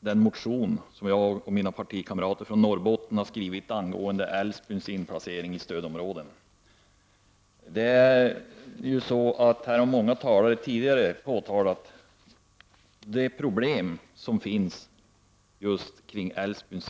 den motion som jag och mina partikamrater från Norrbotten har skrivit angående Älvsbyns inplacering i stödområde. Många talare har redan framhållit det problem som finns när det gäller Älvsbyn.